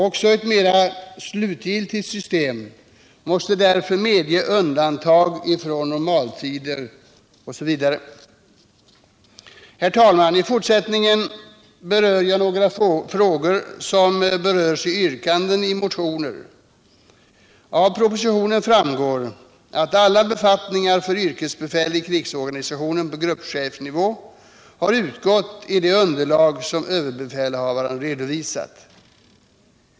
Också ett mera slutgiltigt system måste därför medge undantag från normaltider m.m. Herr talman! I fortsättningen skall jag ta upp några frågor som berörs av yrkanden i motioner. Av propositionen framgår att alla befattningar för yrkesbefäl i krigsorganisationen på gruppchefsnivå har utgått i det underlag som överbefälhavaren redovisat.